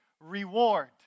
reward